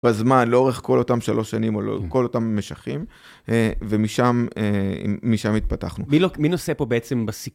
בזמן, לאורך כל אותם שלוש שנים, או כל אותם משכים, ומשם התפתחנו. מי נושא פה בעצם בסיכון?